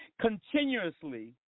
continuously